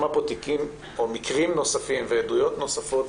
מקרים נוספים ועדויות נוספות.